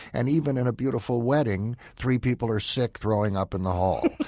and even in a beautiful wedding, three people are sick throwing up in the hall.